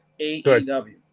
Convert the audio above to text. aew